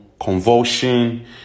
convulsion